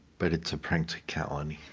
but it's a practicality.